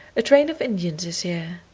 a train of indians is here.